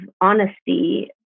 honesty